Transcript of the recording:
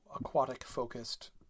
aquatic-focused